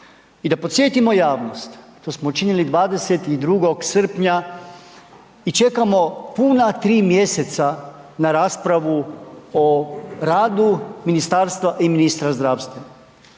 I da podsjetimo javnost, to smo činili 22. srpnja i čekamo puna 3 mj. na raspravu o radu ministarstva i ministra zdravstva.